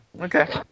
Okay